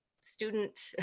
student